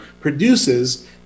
produces